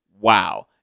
wow